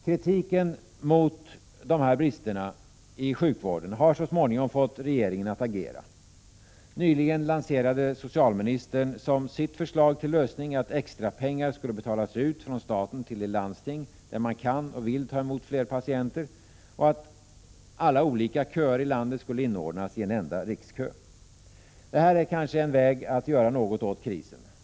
Kritiken mot dessa brister i sjukvården har så småningom fått regeringen att agera. Nyligen lanserade socialministern som sitt förslag till lösning, att extra pengar skulle betalas ut från staten till de landsting, där man kan och vill ta emot fler patienter och att alla olika köer i landet skulle inordnas i en enda rikskö. Det här är kanske en väg att göra något åt krisen.